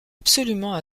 absolument